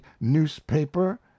newspaper